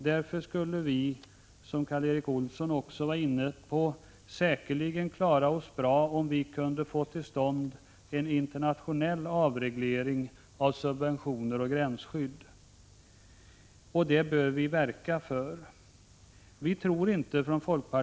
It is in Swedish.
Därför skulle vi, som Karl Erik Olsson också var inne på, säkerligen klara oss bra om vi kunde få till stånd en internationell avreglering av subventioner och gränsskydd. Det bör vi verka för. Vi i folkpartiet tror inte att det ensidigt går Prot.